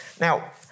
Now